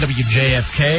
wjfk